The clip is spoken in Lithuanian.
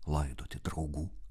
laidoti draugų